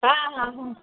ହଁ ହଁ ହଁ